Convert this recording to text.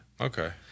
Okay